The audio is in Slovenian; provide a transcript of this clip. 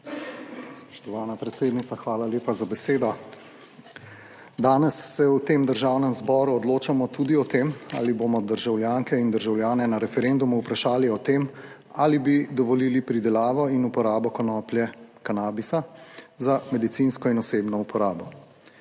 odločamo tudi o tem ali bomo državljanke in državljane na referendumu vprašali o tem, ali bi dovolili pridelavo in uporabo konoplje kanabisa za medicinsko in osebno uporabo.